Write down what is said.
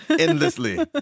Endlessly